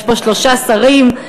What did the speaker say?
יש פה שלושה שרים,